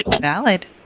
valid